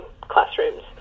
classrooms